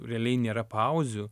realiai nėra pauzių